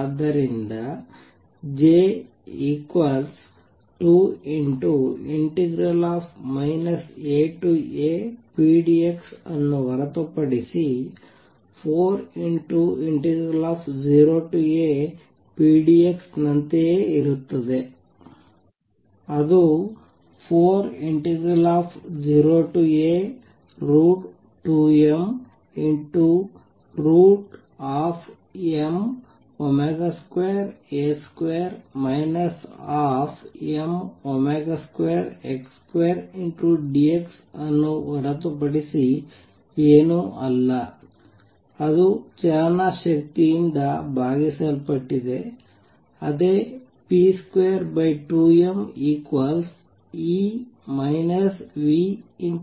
ಆದ್ದರಿಂದ J 2 AApdx ಅನ್ನು ಹೊರತುಪಡಿಸಿ 40Apdx ನಂತೆಯೇ ಇರುತ್ತದೆ ಅದು 40A√√dx ಅನ್ನು ಹೊರತುಪಡಿಸಿ ಏನೂ ಅಲ್ಲ ಅದು ಚಲನ ಶಕ್ತಿಯಿಂದ ಭಾಗಿಸಲ್ಪಟ್ಟಿದೆ ಅದೇ p22mE